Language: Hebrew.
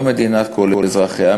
לא מדינת כל אזרחיה,